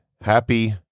happy